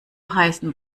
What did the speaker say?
heißen